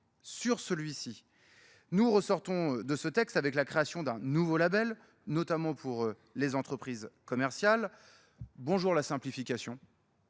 sur celui-ci. Nous ressortons de ce texte avec la création d'un nouveau label, notamment pour les entreprises commerciales. Bonjour la simplification.